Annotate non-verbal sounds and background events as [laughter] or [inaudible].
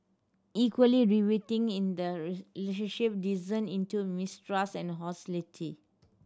equally riveting in the [unintelligible] descent into mistrust and hostility